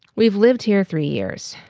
we've lived here three years.